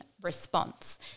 response